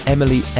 Emily